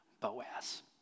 Boaz